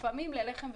לפעמים ללחם וחמאה,